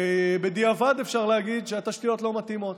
ובדיעבד אפשר להגיד שהתשתיות לא מתאימות.